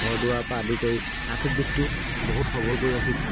ঘৰ দুৱাৰ পৰা আদি কৰি আৰ্থিক দিশটো বহুত সবল কৰি ৰাখিছে